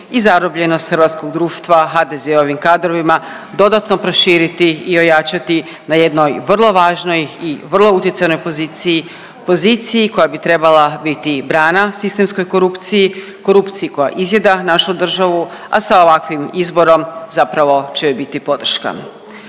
i zarobljenost hrvatskog društva HDZ-ovim kadrovima dodatno proširiti i ojačati na jednoj vrlo važnoj i vrlo utjecajnoj poziciji, poziciji koja bi trebala biti brana sistemskoj korupciji, korupciji koja izjeda našu državu, a sa ovakvim izborom zapravo će joj biti podrška.